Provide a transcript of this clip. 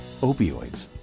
opioids